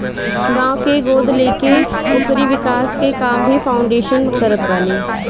गांव के गोद लेके ओकरी विकास के काम भी फाउंडेशन करत बाने